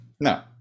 No